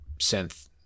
synth